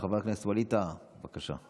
חבר הכנסת ווליד טאהא, בבקשה.